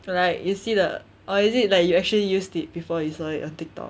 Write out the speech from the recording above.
or like you see the or is it like you actually used it before you saw it on TikTok